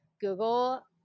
google